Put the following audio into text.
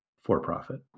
for-profit